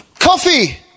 Coffee